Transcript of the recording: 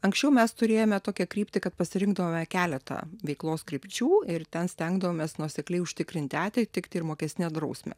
anksčiau mes turėjome tokią kryptį kad pasirinkdavome keletą veiklos krypčių ir ten stengdavomės nuosekliai užtikrinti atitiktį ir mokestinę drausmę